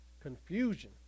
confusion